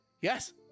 Yes